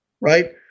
right